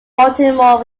baltimore